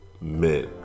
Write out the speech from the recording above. men